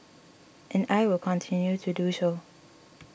and I will continue to do so